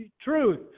truth